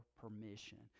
permission